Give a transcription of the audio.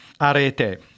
arete